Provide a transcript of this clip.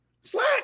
Slack